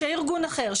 שארגון אחר,